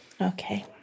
Okay